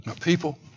people